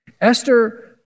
Esther